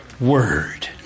word